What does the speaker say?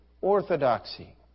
orthodoxy